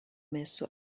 messo